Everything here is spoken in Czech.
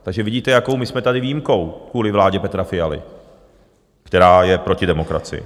Takže vidíte, jakou my jsme tady výjimkou kvůli vládě Petra Fialy, která je proti demokracii.